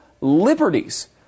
liberties